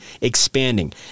Expanding